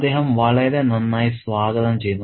അദ്ദേഹം വളരെ നന്നായി സ്വാഗതം ചെയ്യുന്നു